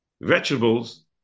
vegetables